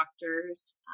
doctors